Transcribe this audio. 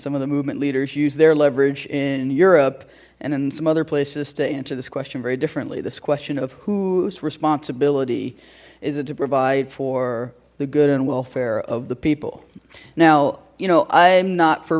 some of the movement leaders use their leverage in europe and in some other places to answer this question very differently this question of whose responsibility is it to provide for the good and welfare of the people now you know i am not for